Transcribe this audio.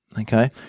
okay